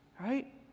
Right